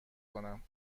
کنم